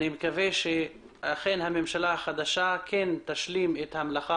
אני מקווה שאכן הממשלה החדשה תשלים את המלאכה